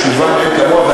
שהיא ועדה חשובה מאין כמוה,